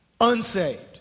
unsaved